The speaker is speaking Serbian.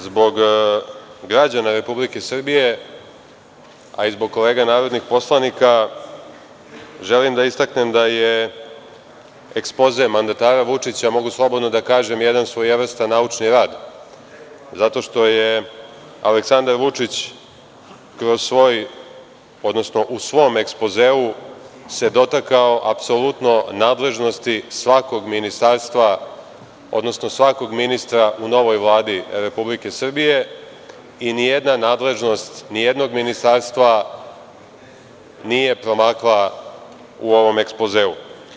Zbog građana Republike Srbije, a i zbog kolega narodnih poslanika, želim da istaknem da je ekspoze mandatara Vučića, mogu slobodno da kažem, jedan svojevrstan naučni rad, zato što se Aleksandar Vučić u svom ekspozeu dotakao apsolutno nadležnosti svakog ministarstva, odnosno svakog ministra u novoj Vladi Republike Srbije i nijedna nadležnost nijednog ministarstva nije promakla u ovom ekspozeu.